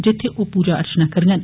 जित्थै ओह पूजा अर्चना करङन